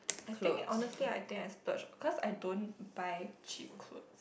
I think honestly I think I splurge because I don't buy cheap clothes